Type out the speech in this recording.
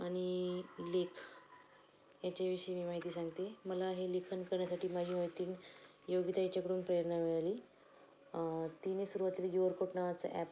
आणि लेख याच्याविषयी मी माहिती सांगते मला हे लेखन करण्यासाठी माझी मैत्रीण योगिता यांच्याकडून प्रेरणा मिळाली तिने सुरवातीला युवरकोट नावाचा ॲप